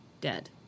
dead